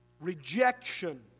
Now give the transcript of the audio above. Rejection